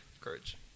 courage